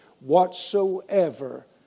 whatsoever